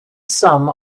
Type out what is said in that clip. some